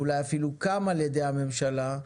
ואולי אפילו הוקם על ידי הממשלה,